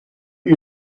you